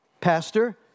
pastor